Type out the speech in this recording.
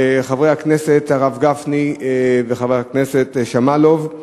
חברי הכנסת הרב גפני וחברת הכנסת שמאלוב,